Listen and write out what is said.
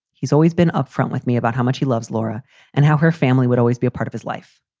he's always been upfront with me about how much he loves laura and how her family would always be a part of his life.